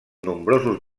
nombrosos